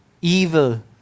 evil